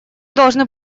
должны